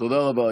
תודה רבה.